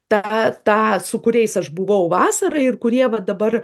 ta tą su kuriais aš buvau vasarą ir kurie va dabar